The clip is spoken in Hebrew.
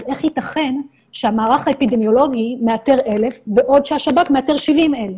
אז איך ייתכן שהמערך האפידמיולוגי מאתר 1,000 בעוד שהשב"כ מאתר 70,000?